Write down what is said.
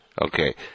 Okay